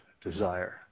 desire